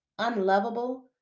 unlovable